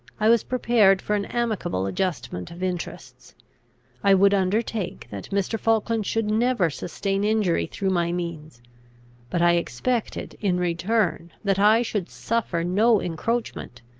i was prepared for an amicable adjustment of interests i would undertake that mr. falkland should never sustain injury through my means but i expected in return that i should suffer no encroachment,